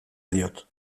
diot